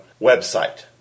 website